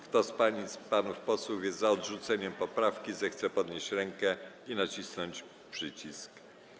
Kto z pań i panów posłów jest za odrzuceniem 1. poprawki, zechce podnieść rękę i nacisnąć przycisk.